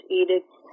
edicts